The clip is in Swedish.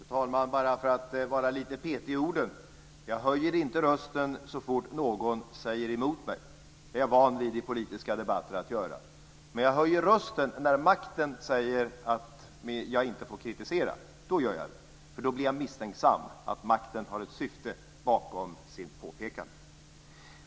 Fru talman! Bara för att vara lite petig med orden: Jag höjer inte rösten så fort någon säger emot mig. Det är jag van vid i politiska debatter. Men jag höjer rösten när makten säger att jag inte får kritisera, för då blir jag misstänksam att makten har ett syfte bakom.